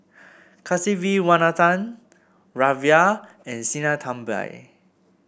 Kasiviswanathan and Sinnathamby